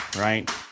right